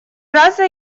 раза